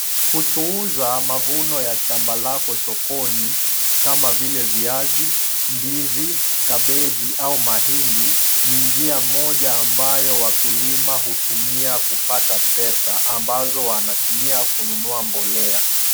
Kuchuuza mavuno ya shamba lako sokoni kama vile viazi, ndizi, kabeji au mahindi ni njia moja ambayo wakulima hutumia kupata pesa ambazo wanatumia kununua mbolea.